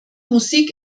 musik